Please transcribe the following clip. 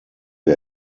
der